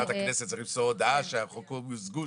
בגלל המיזוג צריך למסור הודעה שהצעות החוק מוזגו.